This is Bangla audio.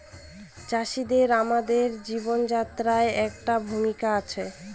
চাষিদের আমাদের জীবনযাত্রায় একটা ভূমিকা আছে